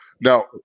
Now